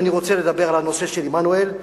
ואני רוצה לדבר על הנושא של עמנואל.